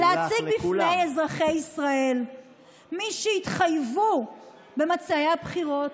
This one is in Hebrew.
ולהציג בפני אזרחי ישראל מי התחייבו במצעי הבחירות,